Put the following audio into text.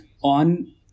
on